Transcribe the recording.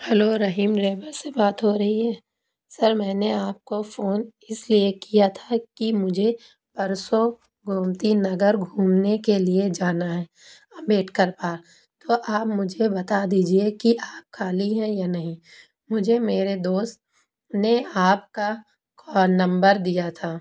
hello Rahim driver سے بات ہو رہی ہے سر میں نے آپ کو فون اس لیے کیا تھا کہ مجھے پرسوں گومتی نگر گھومنے کے لیے جانا ہے امبیڈکر پارک تو آپ مجھے بتا دیجیے کہ آپ خالی ہیں یا نہیں مجھے میرے دوست نے آپ کا کال نمبر دیا تھا